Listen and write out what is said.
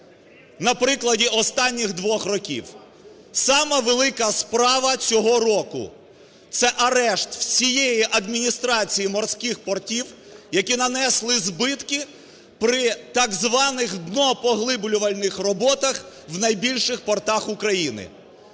на прикладі останніх двох років. Сама велика справа цього року – це арешт всієї Адміністрації морських портів, які нанесли збитки при так званих днопоглиблювальних роботах в найбільших портах України.